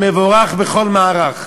המבורך בכל מערך.